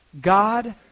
God